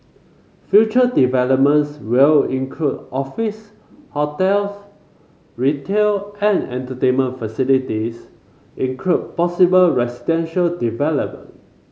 future developments will include office hotels retail and entertainment facilities include possible residential development